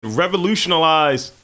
Revolutionalize